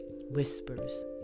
whispers